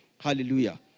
Hallelujah